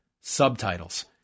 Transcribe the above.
Subtitles